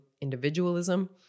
individualism